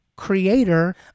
creator